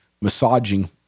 massaging